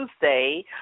Tuesday